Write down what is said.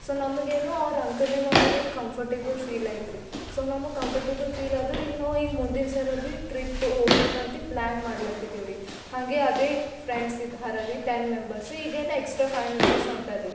so ನಮಗೇನು ಅವ್ರು ಅಂಕಲ್ಲೇ ನಮಗೇನು ಕಂಫರ್ಟೇಬಲ್ ಫೀಲ್ ಐತ್ ರೀ ಸೊ ನಮಗೆ ಕಂಫರ್ಟೇಬಲ್ ಫೀಲ್ ಆದು ರೀ ಈಗ ನಾವು ಈಗ ಮುಂದಿನ್ಸಲ ಬಿ ಟ್ರಿಪ್ ಹೋಗ್ಬೇಕಂತ ಪ್ಲಾನ್ ಮಾಡ್ಲತ್ತಿದ್ದೆವ್ರಿ ಹಂಗೆ ಅದೇ ಫ್ರೆಂಡ್ಸ್ ಇದು ಹರ ರೀ ಟೆನ್ ಮೆಂಬರ್ಸ್ ಈಗ ಏನು ಎಕ್ಸ್ಟ್ರಾ ಫೈವ್ ಮೆಂಬರ್ಸ್ ಹೊಂಟಾರ ರೀ